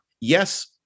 yes